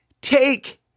Take